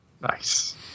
nice